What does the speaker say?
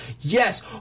Yes